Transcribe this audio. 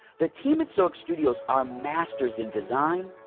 the team at zoic studios are masters in design,